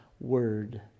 word